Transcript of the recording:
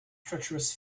treacherous